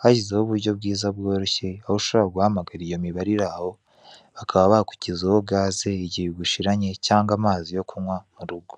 hashyizezweho uburyo bwiza bworoshye, aho ushobora guhamagara iyo mibare iri aho bakaba bakugezaho gaze igihe igushiranye cyangwa amazi yo kunywa mu rugo.